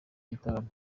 gitaramo